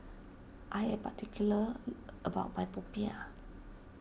I am particular about my Popiah